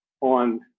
on